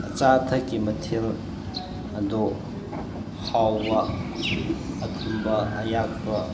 ꯑꯆꯥ ꯑꯊꯛꯀꯤ ꯃꯊꯦꯜ ꯑꯗꯣ ꯍꯥꯎꯕ ꯑꯊꯨꯝꯕ ꯑꯌꯥꯛꯄ